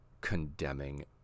condemning